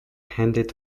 handed